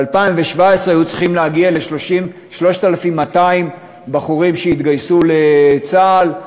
ב-2017 היו צריכים להגיע ל-3,200 בחורים שיתגייסו לצה"ל,